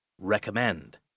Recommend